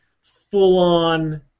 full-on